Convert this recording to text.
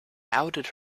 outed